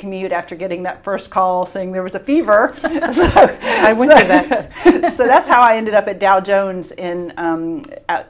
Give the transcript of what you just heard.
commute after getting that first call saying there was a fever so that's how i ended up at dow jones in